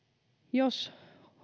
jos